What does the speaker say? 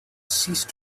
cease